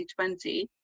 2020